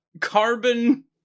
carbon